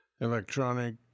electronic